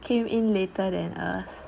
came in later than us